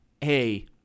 hey